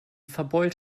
verbeult